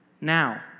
Now